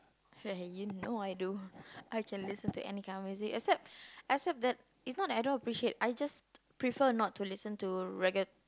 ya you know I do I actually listen to any kind of music except except that it's not that I don't appreciate I just prefer not to listen to Raggard